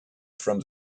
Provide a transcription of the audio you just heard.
from